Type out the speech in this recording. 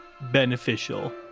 beneficial